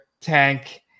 tank